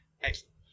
Excellent